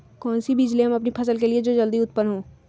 कौन सी बीज ले हम अपनी फसल के लिए जो जल्दी उत्पन हो?